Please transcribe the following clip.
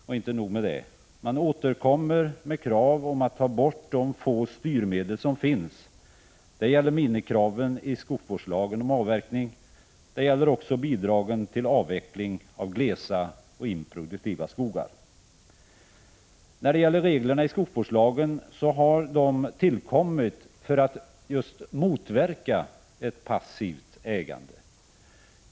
Och inte nog med det — de återkommer med krav på att de få styrmedel som finns skall tas bort. Det gäller minimikraven i skogsvårdslagen om avverkning, och det gäller bidragen till avveckling av glesa och improduktiva skogar. Reglerna i skogsvårdslagen har tillkommit för att just motverka ett passivt ägande.